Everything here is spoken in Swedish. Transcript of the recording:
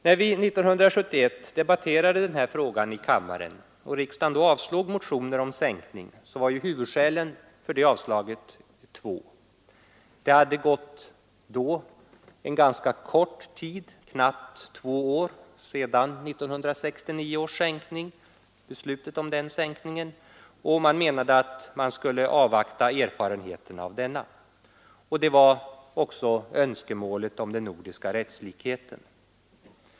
När vi år 1971 debatterade frågan i kammaren och motioner om sänkning av myndighetsåldern då avslogs var huvudskälen för det avslaget två: det ena var att det hade gått en ganska kort tid — knappa två år — sedan beslutet fattades om 1969 års sänkning, och man menade att man borde avvakta erfarenheterna av denna, och det andra var önskemålet om nordisk rättslikhet.